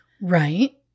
Right